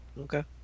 Okay